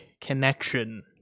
connection